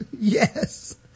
Yes